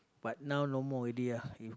but now no more already ah if